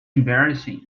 embarrassing